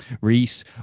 reese